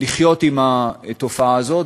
לחיות עם התופעה הזאת.